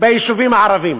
ביישובים הערביים.